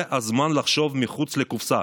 זה הזמן לחשוב מחוץ לקופסה.